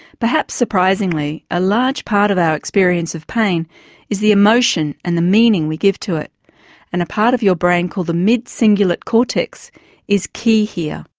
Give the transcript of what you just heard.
perhaps surprisingly a large part of our experience of pain is the emotion and meaning we give to it and a part of your brain called the midcingulate cortex is key here.